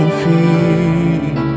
feet